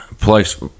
place